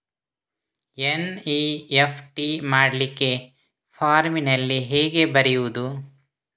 NEFT ಮಾಡ್ಲಿಕ್ಕೆ ಫಾರ್ಮಿನಲ್ಲಿ ಹೇಗೆ ಬರೆಯುವುದು?